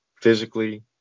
physically